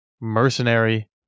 mercenary